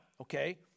okay